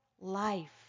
life